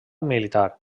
militar